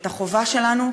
את החובה שלנו,